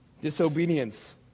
Disobedience